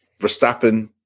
Verstappen